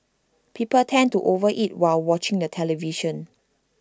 people tend to over eat while watching the television